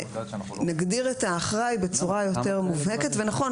נגדיר את האחראי בצורה יותר מובהקת ונכון,